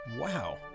Wow